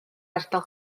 ardal